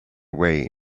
way